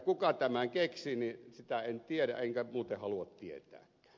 kuka tämän keksi sitä en tiedä enkä muuten halua tietääkään